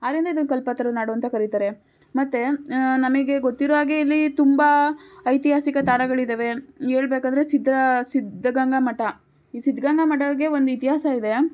ಆದ್ದರಿಂದ ಇದನ್ನ ಕಲ್ಪತರುನಾಡು ಅಂತ ಕರಿತಾರೆ ಮತ್ತು ನಮಗೆ ಗೊತ್ತಿರೋ ಹಾಗೆ ಇಲ್ಲಿ ತುಂಬ ಐತಿಹಾಸಿಕ ತಾಣಗಳಿದವೆ ಹೇಳ್ಬೇಕಂದ್ರೆ ಸಿದ್ಧ ಸಿದ್ಧಗಂಗಾ ಮಠ ಈ ಸಿದ್ಧಗಂಗಾ ಮಠಕೆ ಒಂದು ಇತಿಹಾಸ ಇದೆ